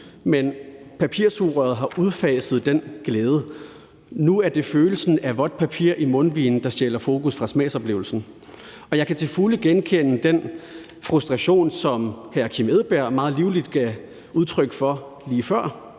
men papirsugerøret har udfaset den glæde. Nu er det følelsen af vådt papir i mundvigene, der stjæler fokus fra smagsoplevelsen. Jeg kan til fulde genkende den frustration, som hr. Kim Edberg Andersen meget livligt gav udtryk for lige før.